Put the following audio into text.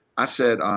i said,